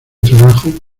trabajo